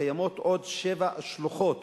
קיימות עוד שבע שלוחות